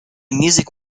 music